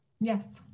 Yes